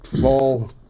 fall